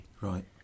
Right